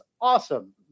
awesome